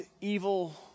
evil